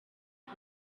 and